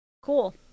cool